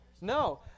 No